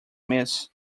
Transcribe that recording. miss